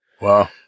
Wow